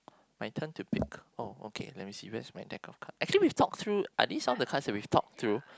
my turn to pick oh okay let me see where is my deck of card actually we've talked through ah these are the times we've talked through